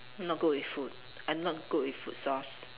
not good with food I'm not good with food source